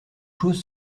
choses